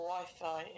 Wi-Fi